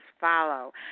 follow